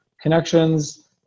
connections